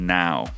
now